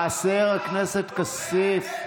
חבר הכנסת כסיף.